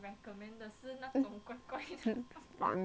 fuck 你 jessie :